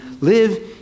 live